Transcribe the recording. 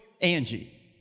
Angie